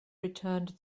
returned